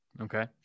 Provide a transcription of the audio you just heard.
okay